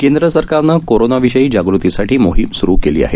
केंद्र सरकारनं कोरोनाविषयी जागृतीसाठी मोहीम सुरु केली आहे